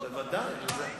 זאת הבעיה.